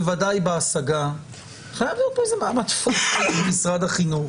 בוודאי בהשגה חייב להיות פה איזה מעמד למשרד החינוך